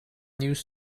news